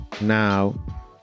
now